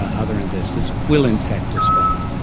ah other investors, will in fact respond.